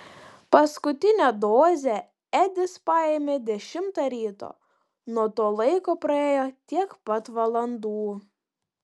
paskutinę dozę edis paėmė dešimtą ryto nuo to laiko praėjo tiek pat valandų